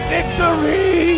Victory